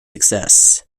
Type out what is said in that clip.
success